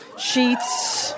Sheets